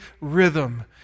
rhythm